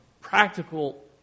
practical